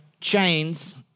chains